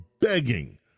begging